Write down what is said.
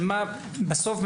בסוף,